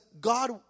God